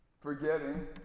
Forgetting